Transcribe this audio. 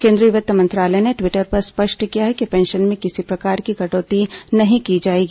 केंद्रीय वित्त मंत्रालय ने ट्वीटर पर स्पष्ट किया है कि पेंशन में किसी प्रकार की कटौती नहीं की जाएगी